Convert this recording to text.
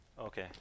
Okay